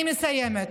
אני מסיימת.